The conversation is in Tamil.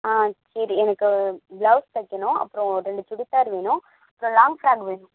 ஆ சரி எனக்கு ப்ளவுஸ் தைக்கணும் அப்புறம் ரெண்டு சுடிதார் வேணும் அப்புறம் லாங் ஃப்ராக் வேணும்